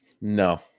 No